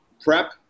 prep